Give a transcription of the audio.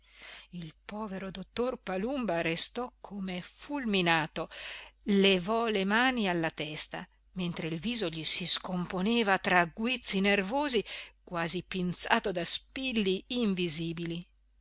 il povero dottor palumba restò come fulminato levò le mani alla testa mentre il viso gli si scomponeva tra guizzi nervosi quasi pinzato da spilli invisibili